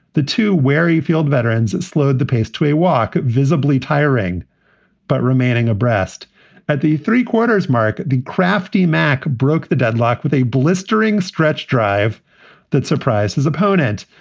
the two wari field veterans slowed the pace to a walk, walk, visibly tiring but remaining abreast at the three quarters mark. the crafty mack broke the deadlock with a blistering stretch drive that surprised his opponent.